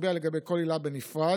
תצביע על כל עילה בנפרד,